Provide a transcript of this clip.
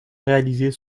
réalisés